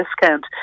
discount